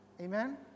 Amen